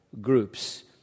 groups